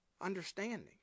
understanding